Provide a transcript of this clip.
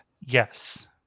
Yes